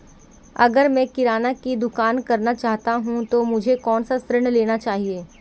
अगर मैं किराना की दुकान करना चाहता हूं तो मुझे कौनसा ऋण लेना चाहिए?